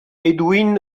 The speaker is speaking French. edwin